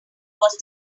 was